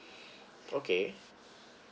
okay